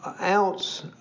ounce